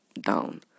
down